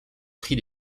prix